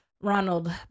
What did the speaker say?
ronald